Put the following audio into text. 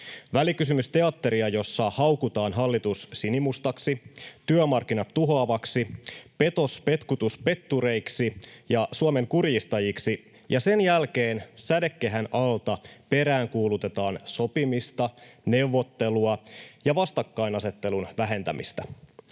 välikysymysteatteri, jossa haukutaan hallitus sinimustaksi, työmarkkinat tuhoavaksi, petospetkutuspettureiksi ja Suomen kurjistajiksi, ja sen jälkeen sädekehän alta peräänkuulutetaan sopimista, neuvottelua ja vastakkainasettelun vähentämistä.